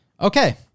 Okay